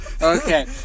Okay